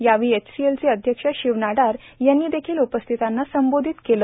यावेळी एचसीएल चे अध्यक्ष शिव नाडार यांनी देखिल उपस्थितांना संबोधित केलं